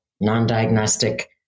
non-diagnostic